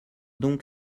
donc